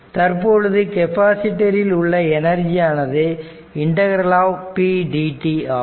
தற்பொழுது கெப்பாசிட்டர் இல் உள்ள எனர்ஜியானது ∫ pdt ஆகும்